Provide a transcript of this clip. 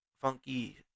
funky